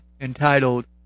entitled